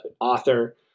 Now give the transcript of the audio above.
author